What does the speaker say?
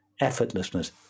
effortlessness